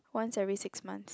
once every six months